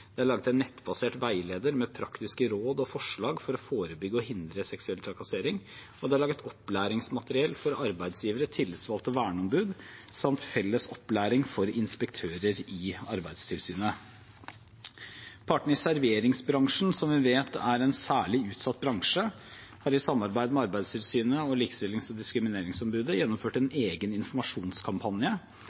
Det er laget en nettbasert veileder med praktiske råd og forslag for å forebygge og hindre seksuell trakassering, og det er laget opplæringsmateriell for arbeidsgivere, tillitsvalgte og verneombud samt felles opplæring for inspektører i Arbeidstilsynet. Partene i serveringsbransjen, som vi vet er en særlig utsatt bransje, har i samarbeid med Arbeidstilsynet og Likestillings- og diskrimineringsombudet gjennomført en egen informasjonskampanje,